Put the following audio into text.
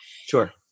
sure